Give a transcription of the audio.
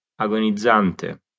agonizzante